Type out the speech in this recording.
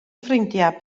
ffrindiau